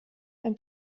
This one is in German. beim